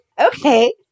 Okay